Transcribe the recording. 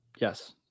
Yes